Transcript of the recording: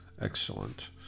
excellent